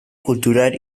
cultural